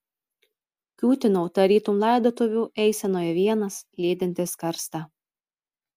kiūtinau tarytum laidotuvių eisenoje vienas lydintis karstą